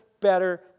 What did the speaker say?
better